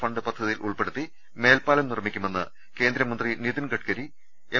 fund പദ്ധതിയിൽ ഉൾപ്പെടുത്തി മേൽപ്പാലം നിർമിക്കുമെന്ന് കേന്ദ്ര മന്ത്രി നിതിൻ ഗഡ്കരി എം